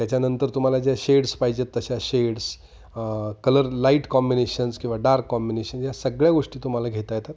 त्याच्यानंतर तुम्हाला ज्या शेड्स पाहिजेत तशा शेड्स कलर लाईट कॉम्बिनेशन्स किंवा डार्क कॉमबिनेशन्स या सगळ्या गोष्टी तुम्हाला घेता येतात